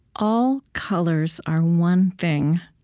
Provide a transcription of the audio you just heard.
all colors are one thing.